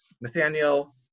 Nathaniel